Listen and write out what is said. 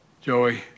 Joey